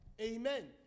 Amen